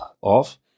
off